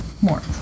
more